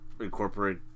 incorporate